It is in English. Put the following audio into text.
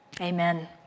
Amen